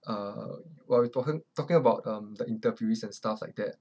uh while we talking talking about um the interviewees and stuff like that